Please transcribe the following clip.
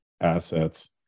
assets